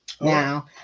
Now